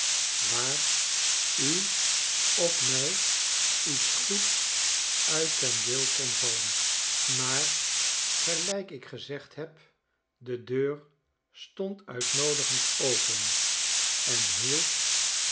waar u of mij iets goeds uit ten deel kon vallen maar gelijk ik gezegd heb de deur stond uitnoodigend open en hield